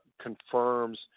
confirms